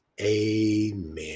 Amen